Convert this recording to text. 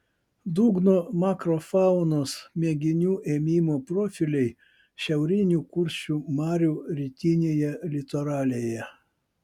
dugno makrofaunos mėginių ėmimo profiliai šiaurinių kuršių marių rytinėje litoralėje